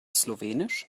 slowenisch